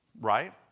right